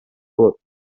болот